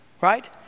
right